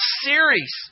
series